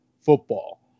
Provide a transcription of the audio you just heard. football